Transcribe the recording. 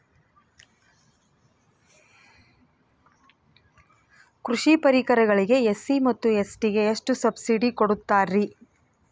ಕೃಷಿ ಪರಿಕರಗಳಿಗೆ ಎಸ್.ಸಿ ಮತ್ತು ಎಸ್.ಟಿ ಗೆ ಎಷ್ಟು ಸಬ್ಸಿಡಿ ಕೊಡುತ್ತಾರ್ರಿ?